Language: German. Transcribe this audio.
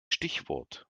stichwort